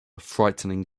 frightening